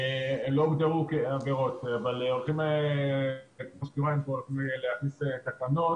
לא הוגדרו כעבירות, אבל הולכים להכניס תקנות